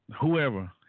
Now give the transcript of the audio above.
whoever